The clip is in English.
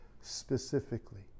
specifically